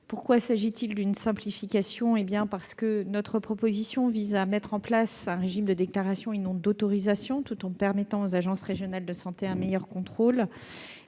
Il s'agit bien d'une simplification, car nous proposons de mettre en place un régime de déclaration, et non d'autorisation, tout en permettant aux agences régionales de santé un meilleur contrôle.